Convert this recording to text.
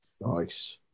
Nice